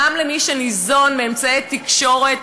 גם למי שניזון מאמצעי תקשורת,